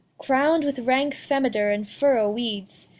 crown'd with rank femiter, and furrow weeds,